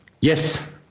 yes